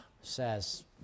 says